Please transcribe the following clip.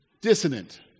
Dissonant